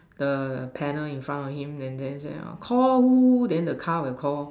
the panel in front of him and then Call who who who then the car will Call